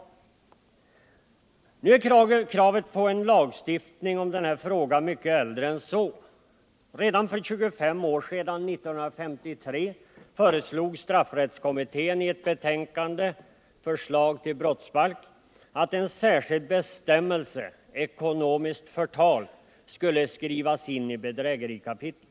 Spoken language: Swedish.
Nu är kravet på en lagstiftning i denna fråga mycket äldre än så. Redan för 25 år sedan, 1953, föreslog straffrättskommittén i ett betänkande, Förslag till brottsbalk, att en särskild bestämmelse om ”ekonomiskt förtal” skulle skrivas in i bedrägerikapitlet.